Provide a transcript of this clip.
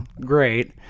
great